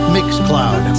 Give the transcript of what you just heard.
Mixcloud